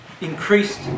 increased